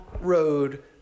road